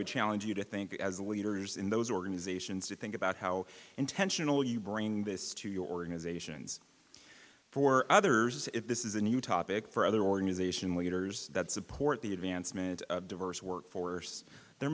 would challenge you to think as leaders in those organizations to think about how intentional you bring this to your organizations for others if this is a new topic for other organization leaders that support the advancement of diverse workforce there